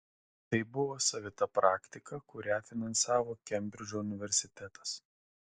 tai buvo savita praktika kurią finansavo kembridžo universitetas